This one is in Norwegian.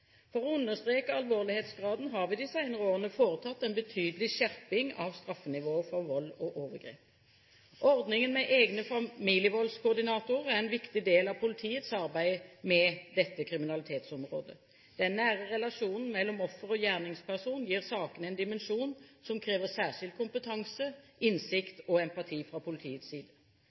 For å understreke alvorlighetsgraden har vi de senere årene foretatt en betydelig skjerping av straffenivået for vold og overgrep. Ordningen med egne familievoldskoordinatorer er en viktig del av politiets arbeid med dette kriminalitetsområdet. Den nære relasjonen mellom offer og gjerningsperson gir sakene en dimensjon som krever særskilt kompetanse, innsikt og empati fra politiets side.